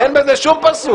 אין בזה שום פסול.